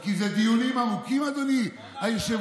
כי זה דיונים ארוכים, היושב-ראש.